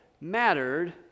mattered